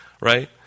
Right